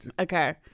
okay